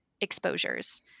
exposures